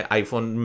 iPhone